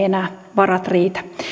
enää varat riitä